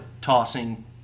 tossing